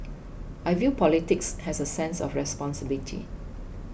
I view politics as a sense of responsibility